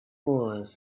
moors